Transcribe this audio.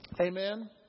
amen